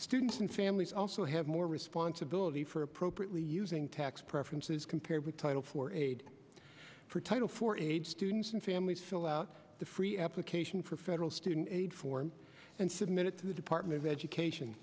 students and families also have more responsibility for appropriately using tax preferences compared with title for aid for title for aid students and families fill out the free application for federal student aid form and submit it to the department of education